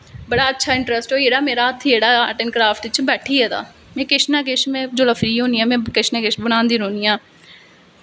बड़ा अच्चा इंट्रस्ट मेरा जेह्ड़ा हत्थ जेह्ड़ा आर्ट ऐंड़ क्राफ्ट च बैठी गेदा में किश ना किश में जिसले फ्री होनी आं में किश ना किश बनांदी रौह्न्नी आं